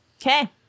Okay